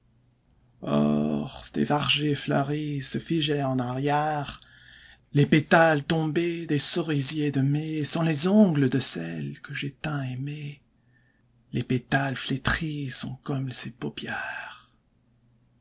des vergers fleuris se figeaient en arrière les pétales tombés des cerisiers de mai sont les ongles de celle que j'ai tant aimée les pétales flétris sont comme ses paupières